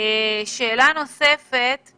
שאלה נוספת היא